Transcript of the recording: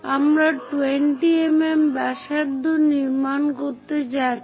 আমরা 20 mm ব্যাসার্ধ নির্মাণ করতে যাচ্ছি